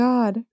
God